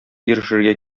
ирешергә